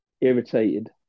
irritated